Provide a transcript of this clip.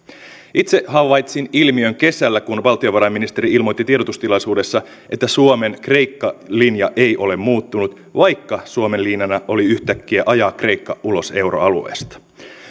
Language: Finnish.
itse havaitsin ilmiön kesällä kun valtiovarainministeri ilmoitti tiedotustilaisuudessa että suomen kreikka linja ei ole muuttunut vaikka suomen linjana oli yhtäkkiä ajaa kreikka ulos euroalueesta